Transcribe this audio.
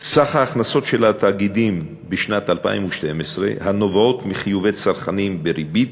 ההכנסות של התאגידים בשנת 2012 הנובעות מחיובי צרכנים בריבית,